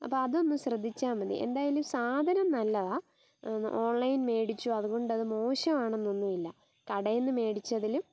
അപ്പം അതൊന്ന് ശ്രദ്ധിച്ചാൽ മതി എന്തായാലും സാധനം നല്ലതാണ് ഓൺലൈൻ മേടിച്ചു അതുകൊണ്ടത് മോശമാണന്നൊന്നുല്ല കടേന്ന് മേടിച്ചതിലും